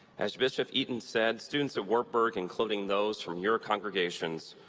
as bishop eaton said, students at wartburg, including those from your congregations,